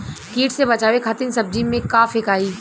कीट से बचावे खातिन सब्जी में का फेकाई?